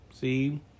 see